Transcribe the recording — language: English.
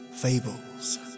fables